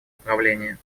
управления